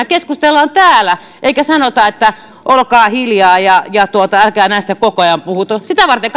keskustellaan täällä eikä sanota että olkaa hiljaa ja ja älkää näistä koko ajan puhuko sitä varten